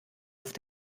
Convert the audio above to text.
auf